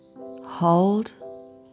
Hold